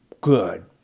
good